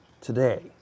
today